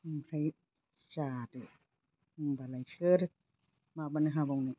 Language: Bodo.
ओमफ्राय जादो होमब्लालाय सोर माबानो हाबावनो